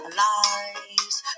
lies